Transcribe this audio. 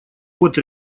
вот